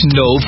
no